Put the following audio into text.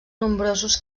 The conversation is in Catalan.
nombrosos